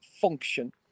function